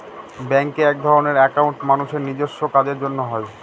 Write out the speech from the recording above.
ব্যাঙ্কে একধরনের একাউন্ট মানুষের নিজেস্ব কাজের জন্য হয়